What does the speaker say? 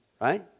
right